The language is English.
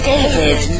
David